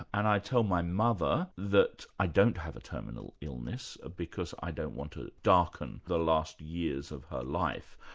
and i tell my mother that i don't have a terminal illness ah because i don't want to darken the last years of her life,